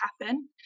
happen